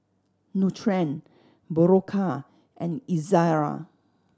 Nutren Berocca and Ezerra